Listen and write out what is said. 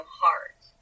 heart